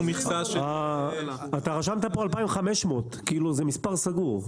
מכסה של --- אתה רשמת פה 2,500 כאילו זה מספר סגור,